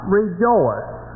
rejoice